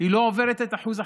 היא לא עוברת את אחוז החסימה.